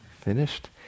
finished